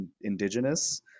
indigenous